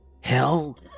Hell